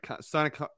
Sonic